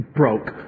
broke